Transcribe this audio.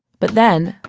but then,